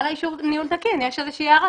על אישור ניהול תקין יש איזושהי הערה